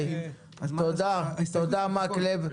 --- תודה, מקלב.